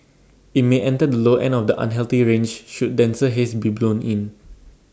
IT may enter the low end of the unhealthy range should denser haze be blown in